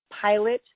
pilot